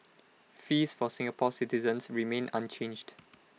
fees for Singapore citizens remain unchanged